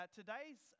today's